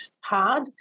hard